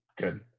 Good